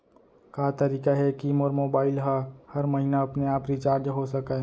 का तरीका हे कि मोर मोबाइल ह हर महीना अपने आप रिचार्ज हो सकय?